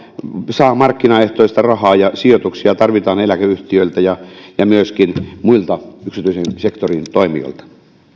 saa markkinaehtoista rahaa ja sijoituksia tarvitaan eläkeyhtiöiltä ja ja myöskin muilta yksityisen sektorin toimijoilta